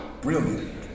Brilliant